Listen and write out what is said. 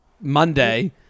Monday